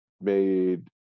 made